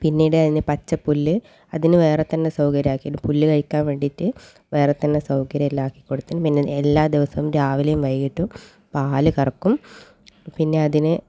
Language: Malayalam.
പിന്നീട് അതിന് പച്ച പുല്ല് അതിന് വേറെ തന്നെ സൗകര്യം ആക്കിയിട്ടുണ്ട് പുല്ല് കഴിക്കാൻ വേണ്ടിയിട്ട് വേറെ തന്നെ സൗകര്യം എല്ലാം ആക്കിക്കൊടുത്തിട്ടുണ്ട് പിന്നെ എല്ലാ ദിവസവും രാവിലെയും വൈകിട്ടും പാൽ കറക്കും പിന്നെ അതിന്